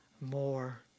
more